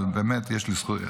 אבל באמת יש לי זכות,